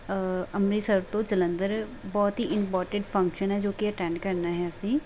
ਅੰਮ੍ਰਿਤਸਰ ਤੋਂ ਜਲੰਧਰ ਬਹੁਤ ਹੀ ਇੰਮਪੋਰਟੈਂਟ ਫੰਕਸ਼ਨ ਹੈ ਜੋ ਕਿ ਅਟੈਂਡ ਕਰਨਾ ਹੈ ਅਸੀਂ